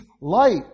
light